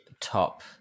top